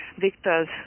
victor's